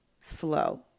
slow